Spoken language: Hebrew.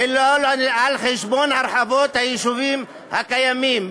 ולא על חשבון הרחבות היישובים הקיימים.